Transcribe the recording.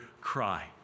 cry